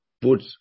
put